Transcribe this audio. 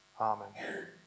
Amen